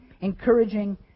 encouraging